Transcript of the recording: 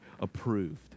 approved